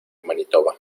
manitoba